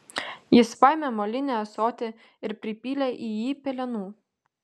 jis paėmė molinį ąsotį ir pripylė į jį pelenų